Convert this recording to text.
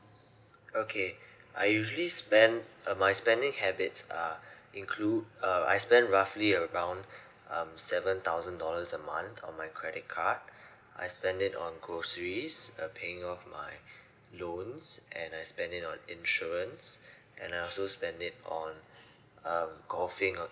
okay I usually spend uh my spending habits are include uh I spend roughly around um seven thousand dollars a month on my credit card I spend it on groceries uh paying off my loans and I spend in insurance and I also spend it on um golfing or